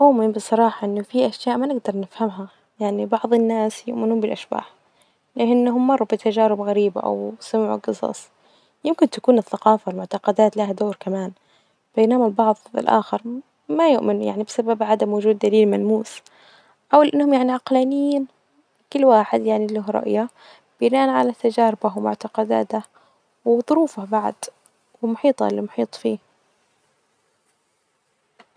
أؤمن بصراحة إن في أشياء ما نجدر نفهمها، يعني بعظ الناس يؤمنون بلأشباح لأنهم مروا بتجارب غريبة أو سمعوا جصص. يمكن تكون الثقافة والمعتقدات لها دور كمان.بينما البعظ الآخر ما يؤمن يعني بسبب عدم وجود دليل ملموس، أو أنهم يعني عقلانيين.كل واحد يعني له رأية بناءا علي تجاربة ومعتقداتة وظروفة بعد ومحيطة اللي محيط فيه.